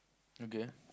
okay